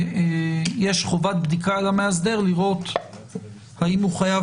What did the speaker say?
יש חובת בדיקה למאסדר לראות האם הוא חייב